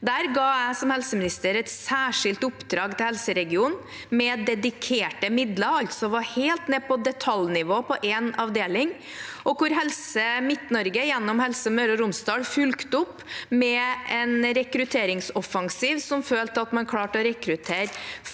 Der ga jeg som helseminister et særskilt oppdrag til helseregionen med dedikerte midler, var altså helt nede på detaljnivå på en avdeling, og Helse Midt-Norge gjennom Helse Møre og Romsdal fulgte opp med en rekrutteringsoffensiv som førte til at man klarte å rekruttere